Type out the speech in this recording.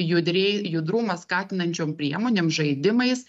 judriai judrumą skatinančiom priemonėm žaidimais